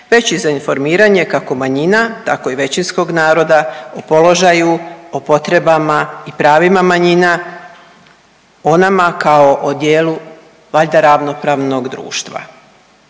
već i za informiranje kako manjina tako i većinskog naroda o položaju, o potrebama i pravima manjina o nama kao o dijelu valjda ravnopravnog društva.